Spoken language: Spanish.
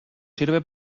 sirve